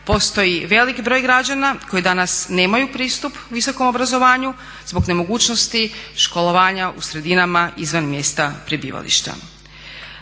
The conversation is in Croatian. postoji veliki broj građana koji danas nemaju pristup visokom obrazovanju zbog nemogućnosti školovanja u sredinama izvan mjesta prebivališta.